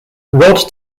rod